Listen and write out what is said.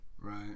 right